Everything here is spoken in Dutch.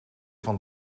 van